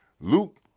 Luke